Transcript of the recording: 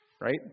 right